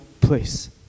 place